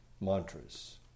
mantras